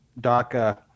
DACA